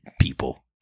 people